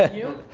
ah you?